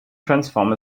transform